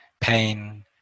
pain